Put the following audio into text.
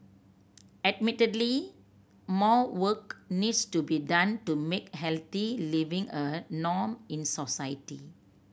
admittedly more work needs to be done to make healthy living a norm in society